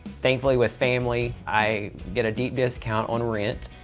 thankfully with family i get a deep discount on rent,